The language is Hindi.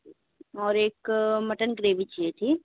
और एक मटन ग्रेवी चाहिए थी